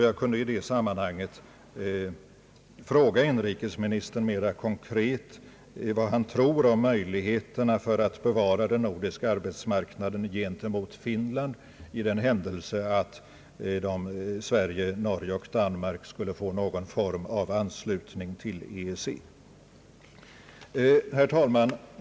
Jag kunde i detta sammanhang fråga inrikesministern mera konkret vad han tror om möjligheterna att bevara den nordiska arbetsmarknaden gentemot Finland i den händelse att Sverige, Norge och Danmark skulle få någon form av anslutning till EEC.